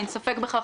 אין ספק בכך,